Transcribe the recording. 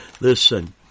Listen